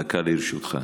דקה לרשותך.